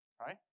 right